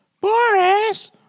Boris